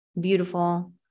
beautiful